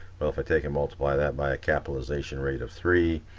well if i take and multiply that by a capitalization rate of three,